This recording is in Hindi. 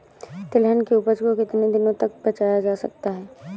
तिलहन की उपज को कितनी दिनों तक बचाया जा सकता है?